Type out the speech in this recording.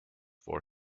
for